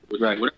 Right